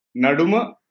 Naduma